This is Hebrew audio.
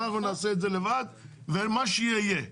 אנחנו נעשה את זה לבד ומה שיהיה יהיה.